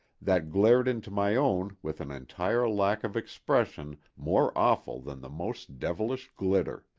that glared into my own with an entire lack of expression more awful than the most devilish glitter.